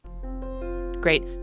Great